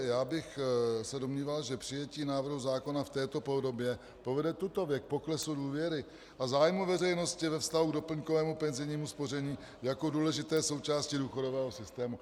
Já bych se domníval, že přijetí návrhu zákona v této podobě povede tutově k poklesu důvěry a zájmu veřejnosti ve vztahu k doplňkovému penzijnímu spoření jako důležité součásti důchodového systému.